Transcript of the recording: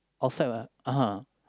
outside [what] (uh huh)